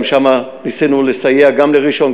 גם שם ניסינו לסייע גם לראשון,